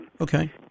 Okay